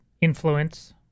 influence